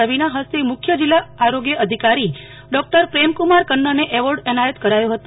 રવિના હસ્તે મુખ્ય જિલ્લા આરોગ્ય અધિકારી ડો પ્રેમકુમાર કન્નરને એવોર્ડ એનાયત કરાયો હતો